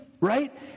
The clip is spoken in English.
Right